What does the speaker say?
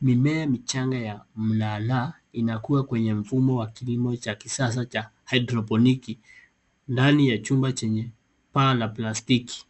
Mimea michanga ya mlala inakuwa kwenye mfumo wa kilimo cha kisasa cha hydroponiki, ndani ya chumba chenye paa la plastiki.